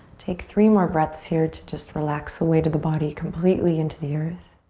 take three more breaths here to just relax the weight of the body completely into the earth.